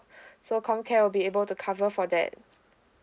so com care will be able to cover for that